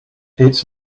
its